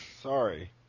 Sorry